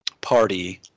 party